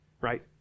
Right